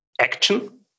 action